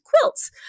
quilts